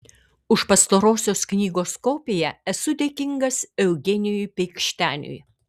už pastarosios knygos kopiją esu dėkingas eugenijui peikšteniui